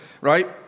right